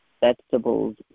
vegetables